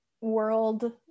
world